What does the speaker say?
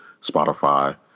Spotify